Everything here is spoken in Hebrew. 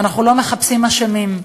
ואנחנו לא מחפשים אשמים.